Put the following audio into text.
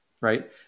right